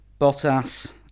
Bottas